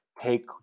take